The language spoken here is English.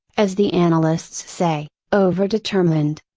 as the analysts say, over determined.